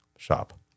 shop